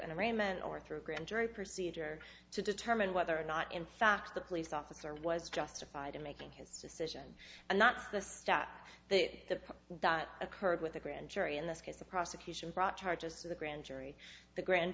arraignment or through a grand jury procedure to determine whether or not in fact the police officer was justified in making his decision and that's the stat that occurred with the grand jury in this case the prosecution brought charges to the grand jury the grand